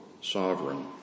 sovereign